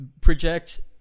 project